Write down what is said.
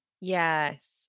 Yes